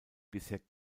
bisher